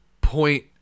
point